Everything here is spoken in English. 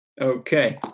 Okay